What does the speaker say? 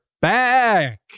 back